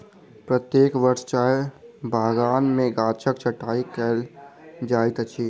प्रत्येक वर्ष चाय बगान में गाछक छंटाई कयल जाइत अछि